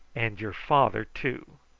and your father too.